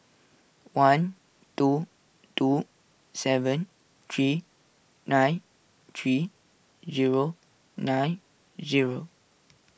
one two two seven three nine three zero nine zero